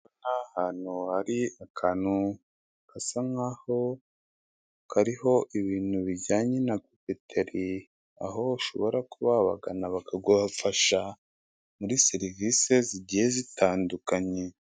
Ahantu hari akantu gasa nkaho kariho ibintu bijyanye na papeteri, aho bashobora kuba wabagana bakagufasha muri serivisi zigiye zitandukanye.